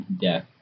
death